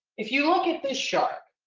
if you look at the shark,